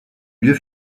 lieu